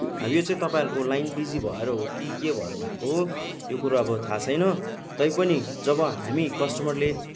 अब यो चाहिँ तपाईँहरूको लाइन बिजी भएर हो कि के भएर भएको हो यो कुरो अब थाह छैन तैपनि जब हामी कस्टमरले